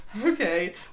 okay